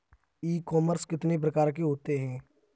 ई commerce कितने प्रकार के होते हैं?